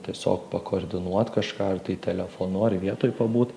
tiesiog pakoordinuot kažką telefonu ar vietoj pabūti